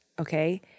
okay